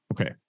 Okay